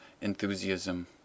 enthusiasm